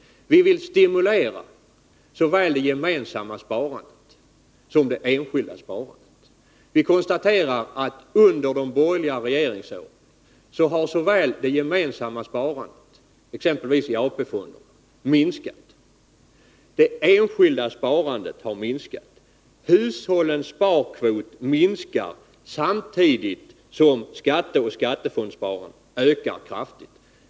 Vi vill stimulera såväl det gemensamma som det enskilda sparandet. Vi konstaterar att såväl det gemensamma sparandet, exempelvis i AP-fonden, som det enskilda sparandet minskat under de borgerliga regeringsåren. Hushållens sparkvot minskar, samtidigt som skatteoch skattefondssparandet ökar kraftigt.